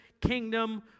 kingdom